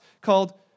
called